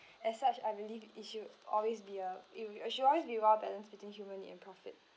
as such I believe it should always be a it should always be a balance between human need and profit